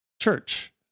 church